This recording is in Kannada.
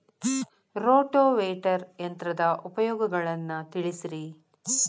ರೋಟೋವೇಟರ್ ಯಂತ್ರದ ಉಪಯೋಗಗಳನ್ನ ತಿಳಿಸಿರಿ